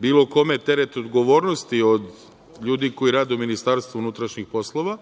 bilo kome teret odgovornosti od ljudi koji rade u Ministarstvu unutrašnjih poslova,